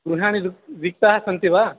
गृहाणि विक् रिक्ताः सन्ति वा